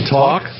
talk